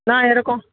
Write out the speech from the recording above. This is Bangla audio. না এরকম